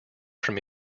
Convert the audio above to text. from